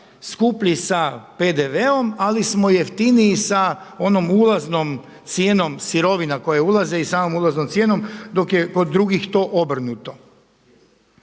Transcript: skuplji sa PDV-om ali smo jeftiniji sa onom ulaznom cijenom sirovina koje ulaze i samom ulaznom cijenom dok je kod drugih to obrnuto.